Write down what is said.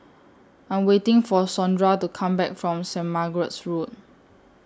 I Am waiting For Sondra to Come Back from Saint Margaret's Road